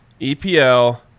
EPL